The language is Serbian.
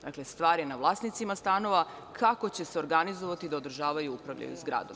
Dakle, stvar je na vlasnicima stanova kako će se organizovati da održavaju i upravljaju zgradom.